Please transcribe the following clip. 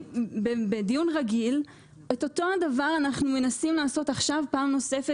את אותו דבר אנחנו מנסים לעשות עכשיו פעם נוספת.